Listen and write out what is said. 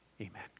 amen